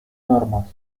normas